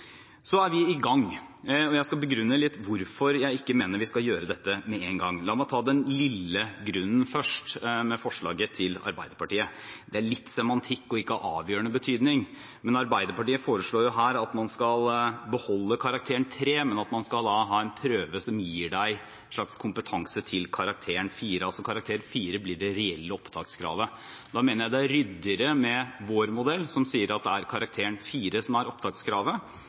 Så er vi i gang, og jeg skal begrunne litt hvorfor jeg ikke mener vi skal gjøre dette med en gang. La meg ta den lille grunnen først, med representantforslaget til Arbeiderpartiet. Det er litt semantikk og ikke av avgjørende betydning, men Arbeiderpartiet foreslår her at man skal beholde karakteren 3, men at man skal ha en prøve som gir deg en slags kompetanse til karakteren 4 – altså at karakteren 4 blir det reelle opptakskravet. Da mener jeg det er ryddigere med vår modell, som sier at det er karakteren 4 som er opptakskravet,